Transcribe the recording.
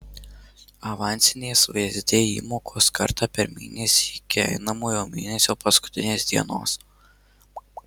avansinės vsd įmokos kartą per mėnesį iki einamojo mėnesio paskutinės dienos